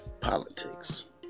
politics